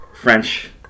French